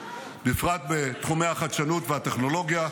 בפרט בתחומי החדשנות והטכנולוגיה.